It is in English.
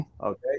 Okay